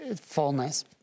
fullness